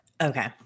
okay